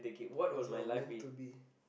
it was what meant to be